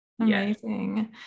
amazing